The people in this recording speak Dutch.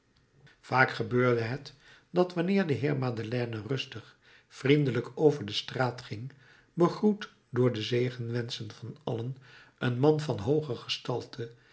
vaak gebeurde het dat wanneer de heer madeleine rustig vriendelijk over de straat ging begroet door de zegenwenschen van allen een man van hooge gestalte